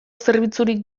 zerbitzurik